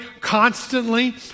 constantly